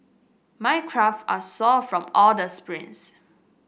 my calve are sore from all the sprints